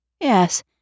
Yes